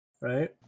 Right